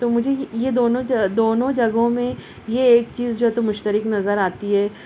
تو مجھے یہ یہ دونوں دونوں جگہوں میں یہ ایک چیز جو تو مشترک نظر آتی ہے